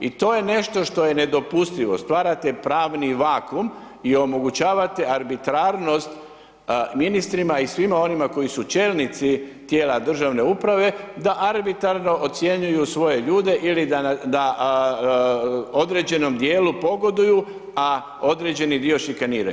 I to je nešto što je nedopustivo, stvarate pravni vakumm i omogućavate arbitrarnost ministrima i svima onima koji su čelnici tijela državne uprave da arbitrarno ocjenjuju svoje ljude ili da određenom dijelu pogoduju a određeni dio šikaniraju.